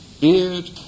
beard